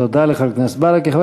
תודה לחבר הכנסת ברכה.